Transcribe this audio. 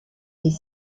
des